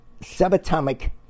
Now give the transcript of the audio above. subatomic